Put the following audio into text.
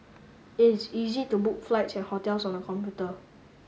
it is easy to book flights and hotels on the computer